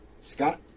Scott